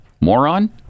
moron